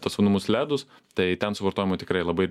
tuos vadinamus ledus tai ten suvartojama tikrai labai